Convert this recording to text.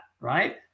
right